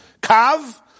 Kav